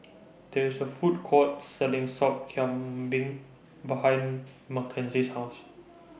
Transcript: There IS A Food Court Selling Sop Kambing behind Makenzie's House